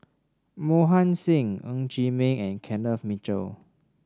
Mohan Singh Ng Chee Meng and Kenneth Mitchell